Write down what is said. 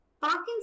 Parkinson's